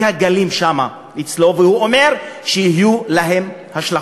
מכה גלים שם, אצלו, והוא אומר שיהיו לה השלכות.